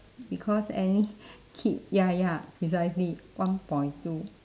because any kid ya ya precisely one point two